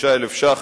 ו-25,000 ש"ח